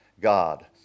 God